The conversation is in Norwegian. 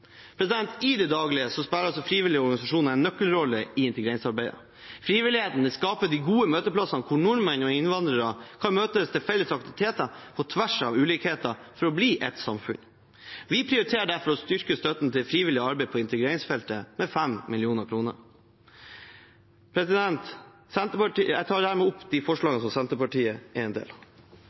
I det daglige spiller de frivillige organisasjonene en nøkkelrolle i integreringsarbeidet. Frivilligheten skaper de gode møteplassene hvor nordmenn og innvandrere kan møtes til felles aktiviteter på tvers av ulikheter for å bli ett samfunn. Vi prioriterer derfor å styrke støtten til frivillig arbeid på integreringsfeltet med